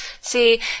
See